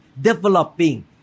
developing